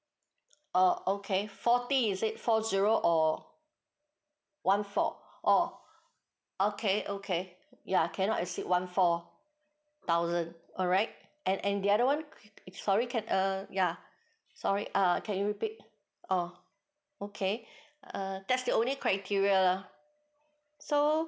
orh okay forty is it four zero or one four orh okay okay ya cannot exceed one four thousand alright and and the other one sorry can err ya sorry ah can you repeat oh okay err that's the only criteria so